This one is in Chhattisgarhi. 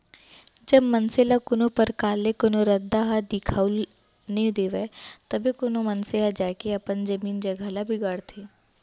जब मनसे ल कोनो परकार ले कोनो रद्दा ह दिखाउल नइ देवय तभे कोनो मनसे ह जाके अपन जमीन जघा ल बिगाड़थे